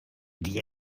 dir